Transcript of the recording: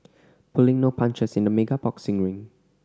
pulling no punches in the mega boxing ring